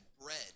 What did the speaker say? bread